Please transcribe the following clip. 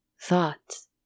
thoughts